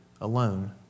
alone